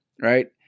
right